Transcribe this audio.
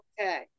okay